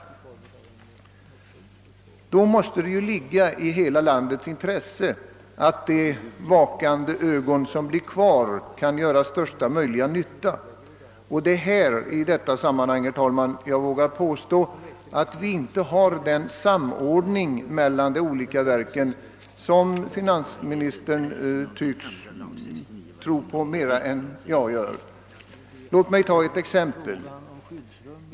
Under sådana förhållanden måste det ligga i hela landets intresse att de »vakande ögon» som blir kvar kan göra största möjliga nytta. Och det är härvidlag jag vågar påstå, herr talman, att den samordning mellan de olika verken inte föreligger som finansministern tycks anse vara för handen. Låt mig ta ett exempel.